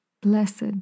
Blessed